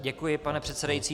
Děkuji, pane předsedající.